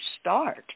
start